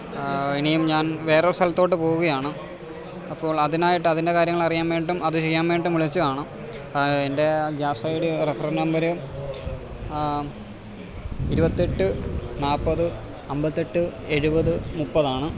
ഇനിയും ഞാൻ വേറൊരു സ്ഥലത്തോട്ട് പോകുകയാണ് അപ്പോൾ അതിനായിട്ട് അതിൻ്റെ കാര്യങ്ങളറിയാൻ വേണ്ടിയിട്ടും അത് ചെയ്യാൻ വേണ്ടിയിട്ടും വിളിച്ചതാണ് എൻ്റെ gas I D referral number ഇരുപത്തെട്ട് നാൽപ്പത് അമ്പത്തെട്ട് എഴുപത് മുപ്പത് ആണ്